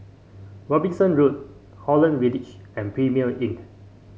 Robinson Road Holland Village and Premier Inn